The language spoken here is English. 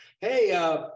hey